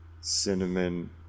cinnamon